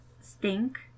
stink